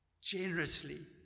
Generously